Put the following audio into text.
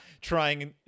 trying